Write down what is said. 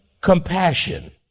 compassion